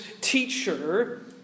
teacher